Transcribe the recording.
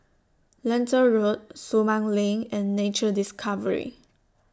Lentor Road Sumang LINK and Nature Discovery